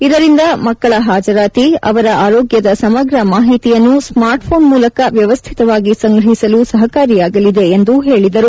ಇದರಿಂದ ಮಕ್ಕಳ ಹಾಜರಾತಿ ಅವರ ಆರೋಗ್ಯದ ಸಮಗ್ರ ಮಾಹಿತಿಯನ್ನು ಸ್ಮಾರ್ಟ್ ಫೋನ್ ಮೂಲಕ ವ್ಯವಸ್ಥಿತವಾಗಿ ಸಂಗ್ರಹಿಸಲು ಸಹಕಾರಿಯಾಗಲಿದೆ ಎಂದು ಹೇಳಿದರು